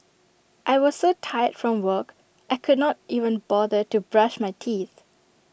I was so tired from work I could not even bother to brush my teeth